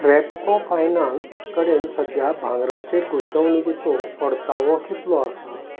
Repco finance कडेन सद्या भांगराचेर गुंतवणुकीचो परतावो कितलो आसा